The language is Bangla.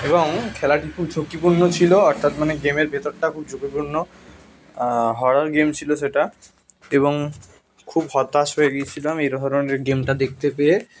এবং খেলাটি খুব ঝুঁকিপূর্ণ ছিল অর্থাৎ মানে গেমের ভিতরটা খুব ঝুঁকিপূর্ণ হরর গেম ছিল সেটা এবং খুব হতাশ হয়ে গিয়েছিলাম এই ধরনের গেমটা দেখতে পেয়ে